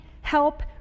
help